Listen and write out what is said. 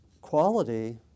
quality